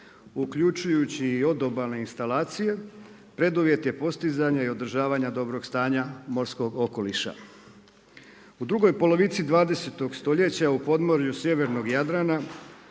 uključujući i odobalne instalacije preduvjet je postizanje i održavanja dobrog stanja morskog okoliša. U drugoj polovici 20. stoljeća u podmorju sjevernog Jadrana